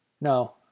No